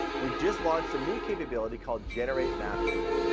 we just launched a new capability called generate math quiz.